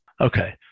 okay